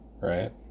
Right